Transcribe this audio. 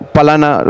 Palana